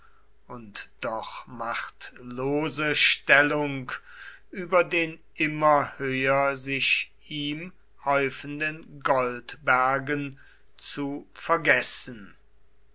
und doch machtlose stellung über den immer höher sich ihm häufenden goldbergen zu vergessen